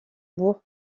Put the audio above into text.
bourg